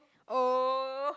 oh